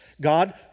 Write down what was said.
God